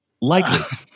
Likely